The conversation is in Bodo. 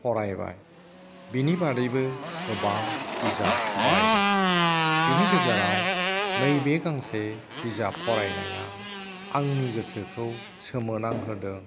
फरायबाय बेनि बारैबो गोबां बिजाब फरायदों बेनि गेजेराव नैबे गांसे बिजाब फरायनाया आंनि गोसोखौ सोमोनां होदों